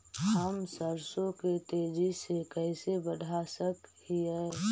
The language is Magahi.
हम सरसों के तेजी से कैसे बढ़ा सक हिय?